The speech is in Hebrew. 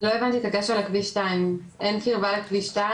לא הבנתי את הקשר לכביש 2. אין קרבה לכביש 2